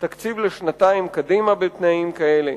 תקציב לשנתיים קדימה בתנאים כאלה?